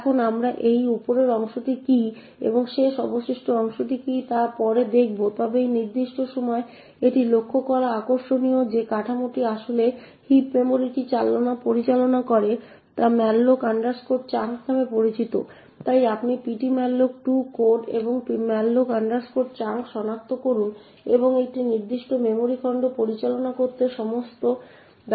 এখন আমরা এই উপরের অংশটি কী এবং শেষ অবশিষ্ট অংশটি কী তা পরে দেখব তবে এই নির্দিষ্ট সময়ে এটি লক্ষ্য করা আকর্ষণীয় যে কাঠামোটি আসলে এই হিপ মেমরিটি পরিচালনা করে তা malloc chunk নামে পরিচিত তাই আপনি ptmalloc2 কোড এবং এই malloc chunk সনাক্ত করুন এবং একটি নির্দিষ্ট মেমরি খণ্ড পরিচালনা করতে ব্যবহৃত সমস্ত এন্ট্রি দেখুন